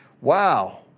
Wow